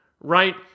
right